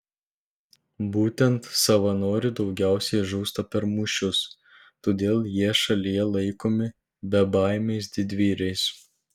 būtent savanorių daugiausiai žūsta per mūšius todėl jie šalyje laikomi bebaimiais didvyriais